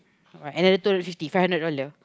alright add another two hundred fifty five hundred dollar